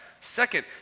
Second